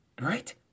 Right